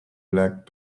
black